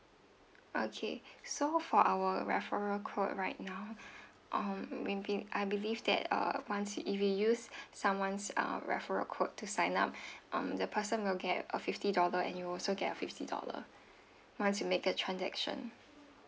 okay so for our referral code right now um may be I believe that uh once if you use someone's uh referral code to sign up um the person will get a fifty dollar and you will also get a fifty dollar once you make a transaction